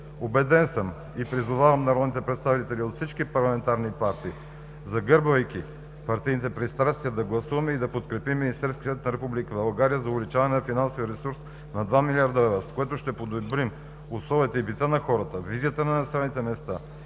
Убеден съм и призовавам народните представители от всички парламентарни партии, загърбвайки партийните пристрастия, да гласуваме и да подкрепим Министерския съвет на Република България за увеличаване на финансовия ресурс на 2 млрд. лв., с което ще подобрим условията и бита на хората, визията на населените места,